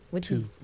Two